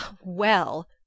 Well